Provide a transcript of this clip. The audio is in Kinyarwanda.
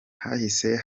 hahise